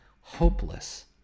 hopeless